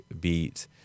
beat